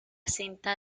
cinta